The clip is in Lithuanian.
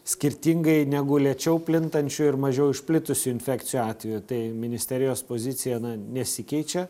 skirtingai negu lėčiau plintančių ir mažiau išplitusių infekcijų atveju tai ministerijos pozicija nesikeičia